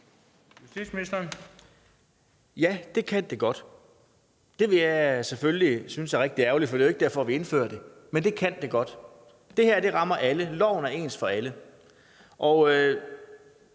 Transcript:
Poulsen): Ja, det kan det godt. Det ville jeg selvfølgelig synes var rigtig ærgerligt, for det er jo ikke derfor, vi indfører det. Men det kan det godt. Det her rammer alle, loven er ens for alle, og